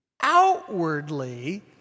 Outwardly